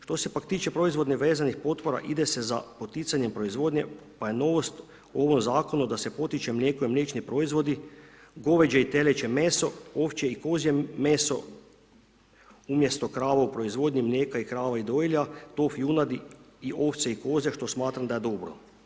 Što se pak tiče proizvodno vezanih potpora ide se za poticanjem proizvodnje, pa je novost u ovom zakonu da se potiče mlijeko i mliječni proizvodi, goveđe i teleće meso, ovčje i kozje meso, umjesto krava u proizvodnji, mlijeka i krava i dojilja, tov junadi i ovce i koze, što smatram da je dobro.